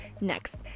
next